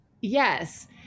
Yes